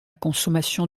consommation